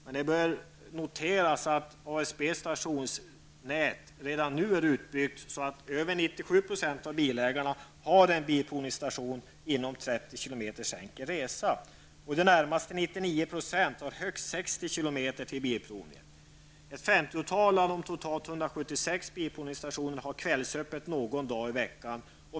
Det bör emellertid observeras att ASBs stationsnät redan nu är utbyggt så att över 97 % av bilägarna har en bilprovningsstation inom 30 km enkel resa och i det närmaste 99 % har högst 60 km till bilprovningen. bilprovningsstationerna har kvällsöppet någon dag i veckan.